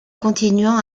continuant